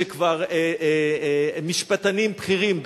שכבר משפטנים בכירים,